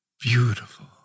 Beautiful